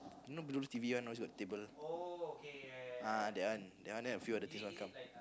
you know those T_V one those on the table ah that one that one then a few other thing want to come